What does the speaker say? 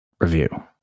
review